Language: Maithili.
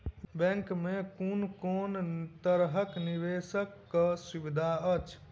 बैंक मे कुन केँ तरहक निवेश कऽ सुविधा अछि?